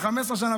תיק של 17 שנה,